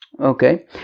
Okay